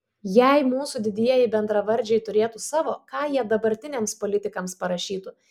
jei mūsų didieji bendravardžiai turėtų savo ką jie dabartiniams politikams parašytų